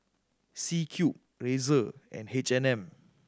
C Cube Razer and H and M